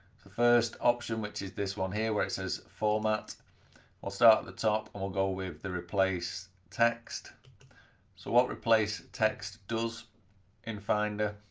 the first option which is this one here where it says format i'll start at the top we'll go with the replace text so what replace text does in finder